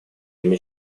ими